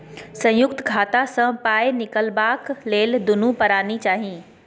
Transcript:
संयुक्त खाता सँ पाय निकलबाक लेल दुनू परानी चाही